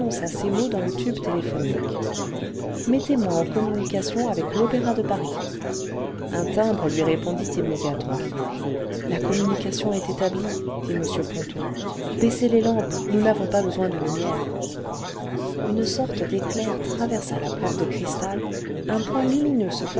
ces mots dans je tube téléphonique mettez-moi en communication avec opéra de paris un timbre lui répondit immédiatement ce la communication est étabhe dit m ponto baissez les lampes nous n'avons pas besoin de lumière une sorte d'éclair traversa la plaque de cristal un point lumineux